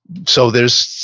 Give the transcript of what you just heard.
so there's,